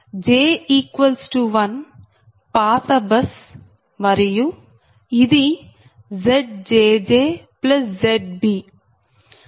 j1పాత bus మరియు ఇది ZjjZb